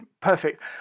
perfect